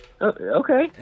Okay